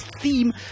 theme